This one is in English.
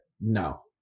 No